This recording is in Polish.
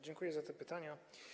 Dziękuję za te pytania.